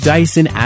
Dyson